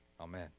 Amen